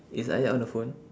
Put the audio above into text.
is ayat on the phone